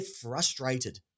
frustrated